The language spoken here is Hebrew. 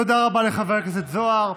תודה רבה לחבר הכנסת זוהר.